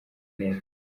neza